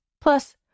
Plus